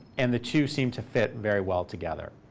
and the two seem to fit very well together.